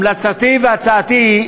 המלצתי והצעתי היא,